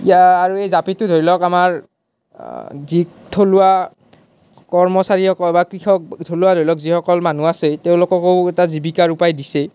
ইয়াৰ আৰু এই জাপিটো ধৰি লওক আমাৰ যি থলুৱা কৰ্মচাৰীসকল বা কৃষক থলুৱা ধৰি লওক যিসকল মানুহ আছে তেওঁলোককো এটা জীৱীকাৰ উপায় দিছে